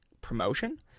promotion